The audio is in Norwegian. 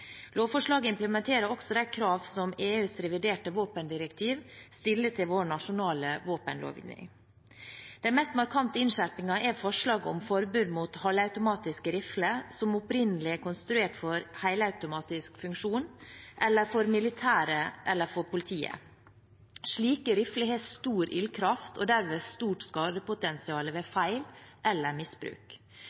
Lovforslaget implementerer også de krav som EUs reviderte våpendirektiv stiller til vår nasjonale våpenlovgivning. Den mest markante innskjerpingen er forslaget om forbud mot halvautomatiske rifler som opprinnelig er konstruert for helautomatisk funksjon, eller for militære eller politiet. Slike rifler har stor ildkraft og derved stort skadepotensial ved feil eller misbruk.